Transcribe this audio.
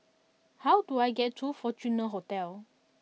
how do I get to Fortuna Hotel